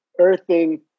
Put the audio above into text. earthing